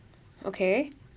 okay